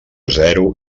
zero